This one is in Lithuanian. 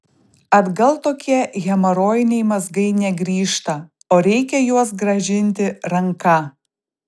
atgal tokie hemorojiniai mazgai negrįžta o reikia juos grąžinti ranka